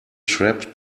trap